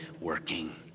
working